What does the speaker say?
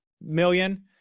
million